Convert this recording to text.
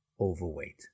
overweight